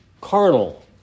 carnal